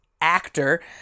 actor